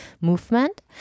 movement